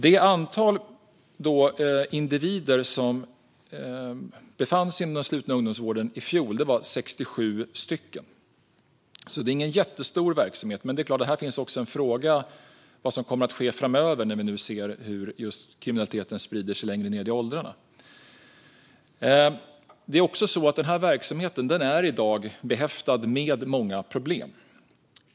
Det antal individer som befann sig inom den slutna ungdomsvården i fjol var 67. Det är ingen jättestor verksamhet, men frågan är vad som sker framöver när vi ser hur kriminaliteten sprider sig längre ned i åldrarna. Verksamheten är i dag behäftad med många problem.